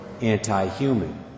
anti-human